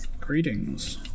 Greetings